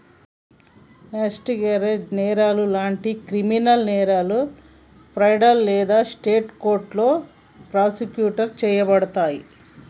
mart gauge నేరాలు లాంటి criminal నేరాలు ఫెడరల్ లేదా స్టేట్ కోర్టులో ప్రాసిక్యూట్ చేయబడతయి